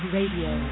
Radio